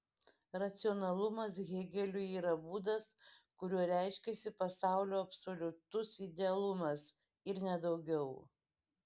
racionalumas hėgeliui yra būdas kuriuo reiškiasi pasaulio absoliutus idealumas ir ne daugiau